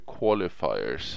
qualifiers